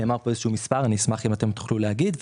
נאמר פה איזה שהוא מספר ואשמח אם אתם תוכלו להגיד.